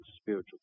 spiritual